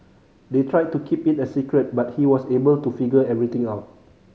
they tried to keep it a secret but he was able to figure everything out